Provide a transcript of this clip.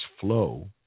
flow